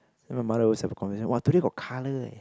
then my mother always have a conversation !wah! today got colour eh